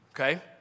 Okay